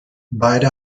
beide